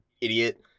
idiot